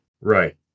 Right